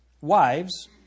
Wives